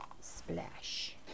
Splash